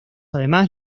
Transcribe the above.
además